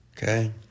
Okay